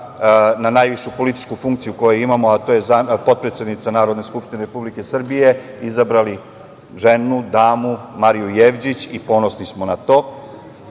na najvišu političku funkciju koju imamo, a to je potpredsednica Narodne Skupštine Republike Srbije, izabrali ženu, damu, Mariju Jevđić, i ponosni smo na to. Mi